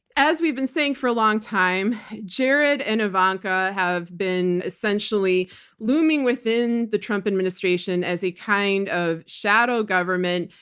as we've been saying for a long time, jared and ivanka have been essentially looming within the trump administration as a kind of shadow government.